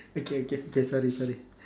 okay okay okay sorry sorry